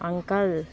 uncle